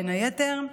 בין היתר,